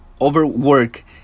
overwork